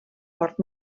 port